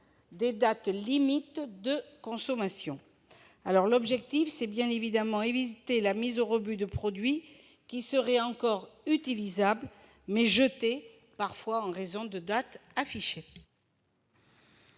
des dates limites de consommation. L'objectif est bien évidemment d'éviter la mise au rebut de produits qui seraient encore consommables, mais qui sont jetés en raison des dates affichées.